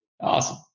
Awesome